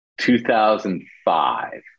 2005